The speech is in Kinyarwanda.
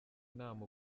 inama